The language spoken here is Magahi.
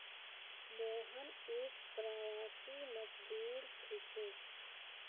मोहन एक प्रवासी मजदूर छिके